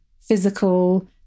physical